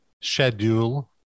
Schedule